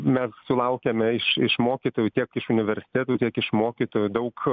mes sulaukiame iš iš mokytojų tiek iš universitetų tiek iš mokytojų daug